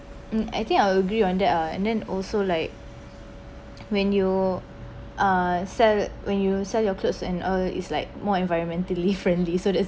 um I think I agree on that ah and then also like when you are sell when you sell your clothes and uh is like more environmentally friendly so there's